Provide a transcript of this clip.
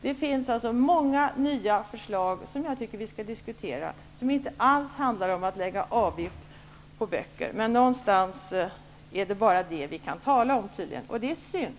Det finns alltså många nya förslag som jag tycker att vi skall diskutera och som inte alls handlar om att lägga avgift på böcker. Men någonstans är det tydligen bara det som vi kan tala om. Det är synd.